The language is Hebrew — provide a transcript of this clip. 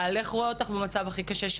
הבעל רואה אותך במצב קשה,